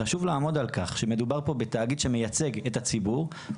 חשוב לעמוד על כך שמדובר פה בתאגיד שמייצג את הציבורי,